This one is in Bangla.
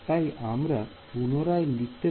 তাই আমরা পুনরায় লিখতে পারি